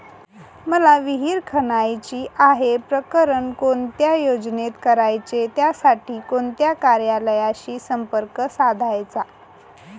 मला विहिर खणायची आहे, प्रकरण कोणत्या योजनेत करायचे त्यासाठी कोणत्या कार्यालयाशी संपर्क साधायचा?